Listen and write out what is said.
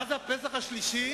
מה זה הפסח השלישי?